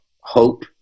hope